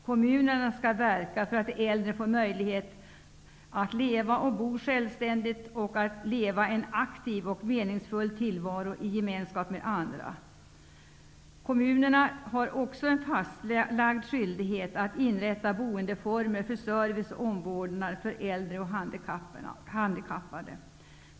Kommunerna skall verka för att de äldre får möjlighet att ''leva och bo självständigt'' och att ha ''en aktiv och meningsfull tillvaro i gemenskap med andra''. Kommunerna har också en fastlagd skyldighet att inrätta boendeformer för service och omvårdnad för äldre och handikappade.